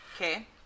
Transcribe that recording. Okay